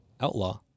outlaw